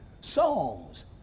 songs